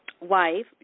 wife